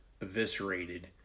eviscerated